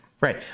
Right